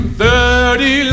thirty